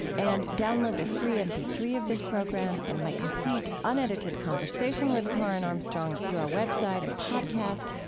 and download a free m p three of this program and my complete unedited conversation with karen armstrong through our web site and podcast.